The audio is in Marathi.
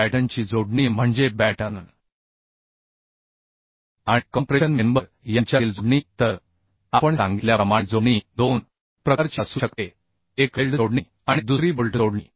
बॅटनची जोडणी म्हणजे बॅटन आणि कॉम्प्रेशन मेंबर यांच्यातील जोडणी तर आपण सांगितल्याप्रमाणे जोडणी दोन प्रकारची असू शकते एक वेल्ड जोडणी आणि दुसरी बोल्ट जोडणी